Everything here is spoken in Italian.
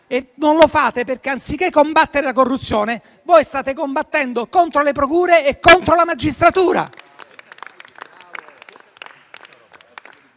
Non lo fate perché, anziché combattere la corruzione, state combattendo contro le procure e contro la magistratura.